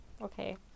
Okay